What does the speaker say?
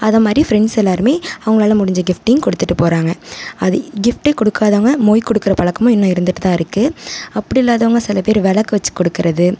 அது மாதிரி ஃபிரண்ட்ஸ் எல்லோருமே அவங்களால் முடிஞ்ச கிஃப்ட்டையும் கொடுத்துட்டு போகிறாங்க அது கிஃப்ட்டே கொடுக்காதவங்க மொய் கொடுக்குற பழக்கமும் இன்னும் இருந்துட்டு தான் இருக்குது அப்படி இல்லாதவங்க சில பேர் விளக்கு வெச்சி கொடுக்கிறது